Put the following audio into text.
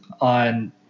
on